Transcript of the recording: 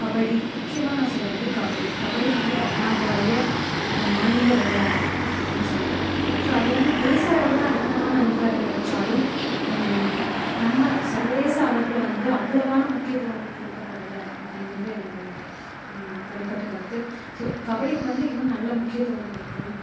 கபடி முக்கியமாக நான் சொல்ல வந்தது கபடி கபடி வந்து தமிழ்நாட்டோடைய மாநில விளையாட்டு அப்படின்னு சொல்லலாம் ஸோ அது வந்து தேச அளவில் அதிகமான அங்கீகாரம் கிடச்சாலும் நம்ம சர்வதேச அளவில் வந்து அவ்வளவான முக்கியத்துவம் கொடுக்கப்படல அப்படிங்கிறது என்னுடைய தனிப்பட்ட கருத்து ஸோ கபடிக்கு வந்து இன்னும் நல்ல முக்கியத்துவம் கொடுக்கணும்